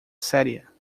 séria